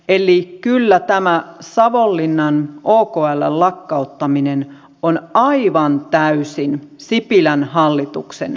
eli kyllä tämä savonlinnan okln lakkauttaminen on aivan täysin sipilän hallituksen käsissä